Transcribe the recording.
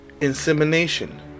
insemination